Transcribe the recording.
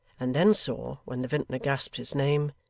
and then saw, when the vintner gasped his name,